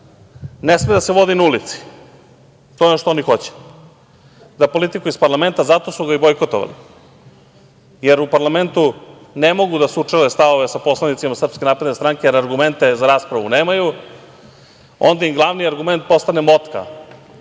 ne sme da se vodi na ulici. To je ono što oni hoće, da politiku iz parlamenta… Zato su ga i bojkotovali, jer u parlamentu ne mogu da sučele stavove sa poslanicima SNS, jer argumente za raspravu nemaju. Onda im glavni argument postane motka,